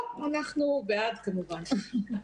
לא, אנחנו בעד, כמובן.